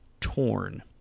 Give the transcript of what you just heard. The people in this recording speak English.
torn